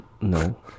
No